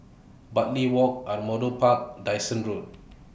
Bartley Walk Ardmore Park Dyson Road